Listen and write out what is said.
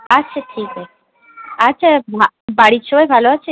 আচ্ছা ঠিক আছে আচ্ছা বাড়ির সবাই ভালো আছে